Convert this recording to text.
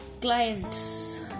clients